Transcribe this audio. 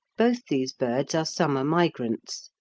both these birds are summer migrants,